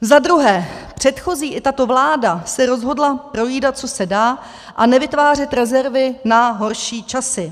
Za druhé, předchozí i tato vláda se rozhodly projídat, co se dá, a nevytvářet rezervy na horší časy.